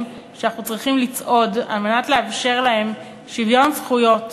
שאנחנו צריכים לצעוד כדי לאפשר להן שוויון זכויות